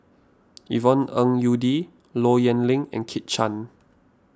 Yvonne Ng Uhde Low Yen Ling and Kit Chan